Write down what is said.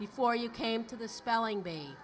before you came to the spelling bee